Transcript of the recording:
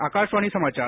आकाशवाणी समाचार